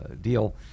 deal